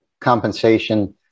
compensation